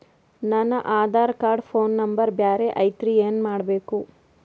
ನನ Aadhaar card phone number ಬ್ಯಾರೆ ಐತ್ರಿ ಏನ ಮಾಡಬೇಕು?